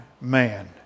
man